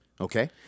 Okay